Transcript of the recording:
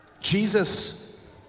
Jesus